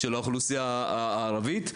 הערבית וכולי.